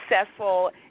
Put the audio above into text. successful